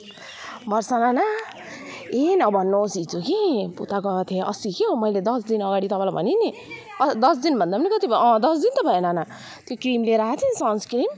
वर्षा नाना ए नभन्नुहोस् हिजो कि उता गएको थिएँ अस्ति के हो मैले दस दिन अगाडि तपाईँलाई भने नि दस दिन भन्दा पनि कति भयो दस दिन त भयो नाना त्यो क्रिम लिएर आएको थिएँ नि सन्सक्रिम